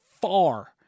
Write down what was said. far